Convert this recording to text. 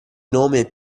nome